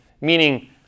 meaning